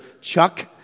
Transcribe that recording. Chuck